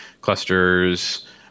clusters